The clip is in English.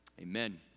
amen